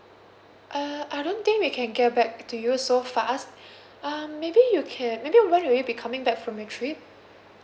uh I don't think we can get back to you so fast um maybe you can maybe when will you be coming back from your trip